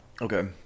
Okay